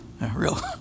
Real